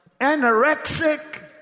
anorexic